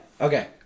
Okay